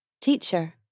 Teacher